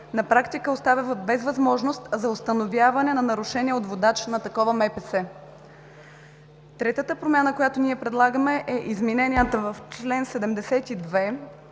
на практика оставя без възможност за установяване на нарушение от водач на такова МПС. Третата промяна, която ние предлагаме, е измененията в чл. 72,